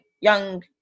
young